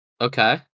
Okay